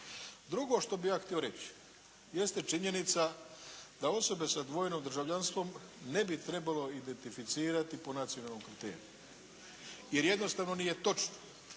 Drugo što bih ja htio reći jeste činjenica da osobe sa dvojnim državljanstvom ne bi trebalo identificirati po nacionalnom kriteriju jer jednostavno nije točno